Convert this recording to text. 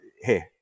hey